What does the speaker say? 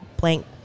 blank